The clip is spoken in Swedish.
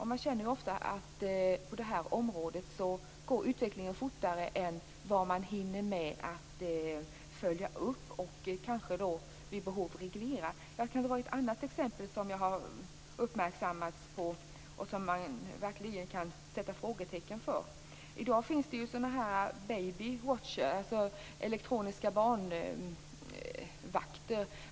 Man känner ofta att utvecklingen på det här området går fortare än man hinner med att följa upp och vid behov kanske reglera. Jag kan nämna ett annat exempel som jag blivit uppmärksammad på och som man verkligen kan ställa frågor kring. I dag finns ju baby watchers, elektroniska barnvakter.